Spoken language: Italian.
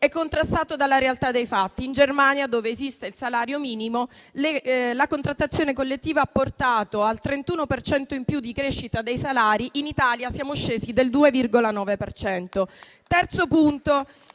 contrastato dalla realtà dei fatti. In Germania, dove esiste il salario minimo, la contrattazione collettiva ha portato al 31 per cento in più di crescita dei salari, in Italia siamo scesi del 2,9 per cento.